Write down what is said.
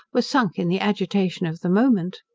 were sunk in the agitation of the moment.